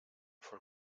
for